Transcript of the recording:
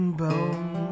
bone